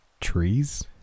trees